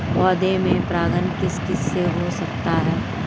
पौधों में परागण किस किससे हो सकता है?